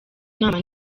inama